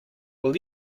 will